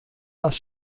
das